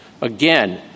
Again